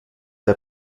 der